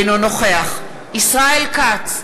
אינו נוכח ישראל כץ,